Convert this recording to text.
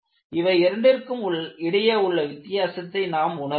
இவை இரண்டிற்கும் இடையே உள்ள வித்தியாசத்தை நாம் உணர வேண்டும்